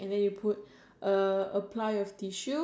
you just um I think you just